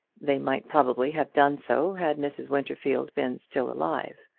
they might probably have done so had mrs. winterfield been still alive.